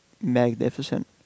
magnificent